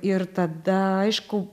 ir tada aišku